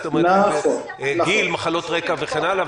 זאת אומרת: גיל, מחלות רקע וכן הלאה.